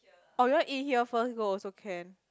oh you want eat here first go also can